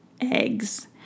eggs